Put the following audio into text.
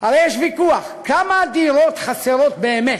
הרי יש ויכוח כמה דירות חסרות באמת,